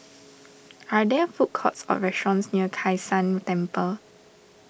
are there food courts or restaurants near Kai San Temple